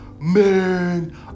man